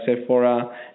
Sephora